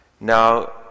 Now